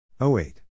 08